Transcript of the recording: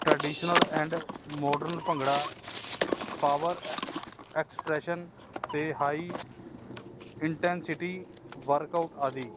traditional and modern bhangra power expression ਅਤੇ high intensity workout ਆਦਿ